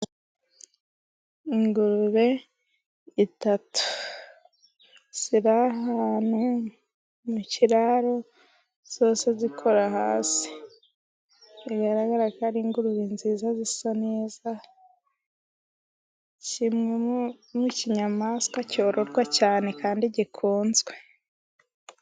Ingurube itatu, ziri ahantu mu kiraro zose zikora hasi, bigaragara ko ari ingurube nziza zisa neza, imwe mu nyamaswa zororwa cyane, kandi ikunzwe.